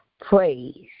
praise